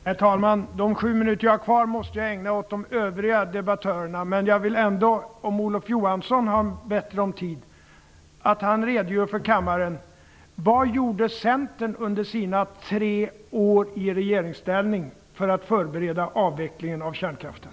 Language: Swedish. Herr talman! De sju minuter jag har kvar av min talartid måste jag ägna åt de övriga debattörerna. Men jag vill ändå att Olof Johansson, om han har mer gott om tid, redogör inför kammaren för vad Centern gjorde under sina tre år i regeringsställning för att förbereda avvecklingen av kärnkraften.